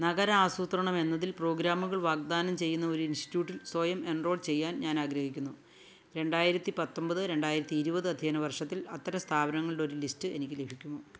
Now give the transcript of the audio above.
നഗരാസൂത്രണം എന്നതിൽ പ്രോഗ്രാമുകൾ വാഗ്ദാനം ചെയ്യുന്ന ഒരു ഇൻസ്റ്റിറ്റ്യൂട്ടിൽ സ്വയം എൻറോൾ ചെയ്യാൻ ഞാനാഗ്രഹിക്കുന്നു രണ്ടായിരത്തി പത്തൊൻപത് രണ്ടായിരത്തി ഇരുപത് അധ്യയന വർഷത്തിൽ അത്തരം സ്ഥാപനങ്ങളുടെ ഒരു ലിസ്റ്റ് എനിക്ക് ലഭിക്കുമോ